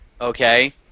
Okay